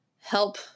help